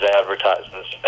advertisements